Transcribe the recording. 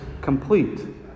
complete